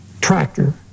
tractor